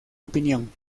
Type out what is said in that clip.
opinión